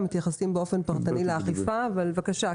בבקשה.